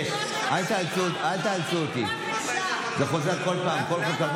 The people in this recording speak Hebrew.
להלן תוצאות ההצבעה: 49 בעד, 54 מתנגדים.